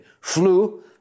flu